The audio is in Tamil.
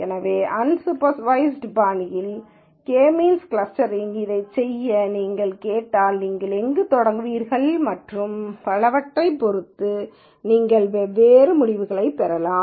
எனவே அன்சூப்பர்வய்ஸ்ட் பாணியில் கே மீன்ஸ் க்ளஸ்டரிங் இதைச் செய்ய நீங்கள் கேட்டால் நீங்கள் எங்கு தொடங்குகிறீர்கள் மற்றும் பலவற்றைப் பொறுத்து நீங்கள் வெவ்வேறு முடிவுகளைப் பெறலாம்